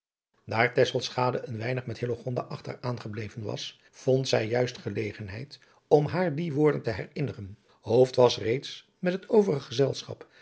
tesselschade een weinig met hillegonda achter aan gebleven was vond zij juist gelegenheid om haar die woorden te herinneren hooft was reeds met het overig gezelschap